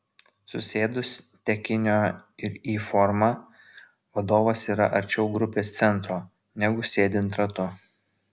susėdus tekinio ir y forma vadovas yra arčiau grupės centro negu sėdint ratu